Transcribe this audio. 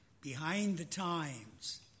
behind-the-times